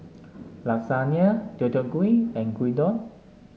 Lasagne Deodeok Gui and Gyudon